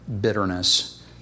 bitterness